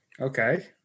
Okay